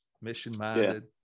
mission-minded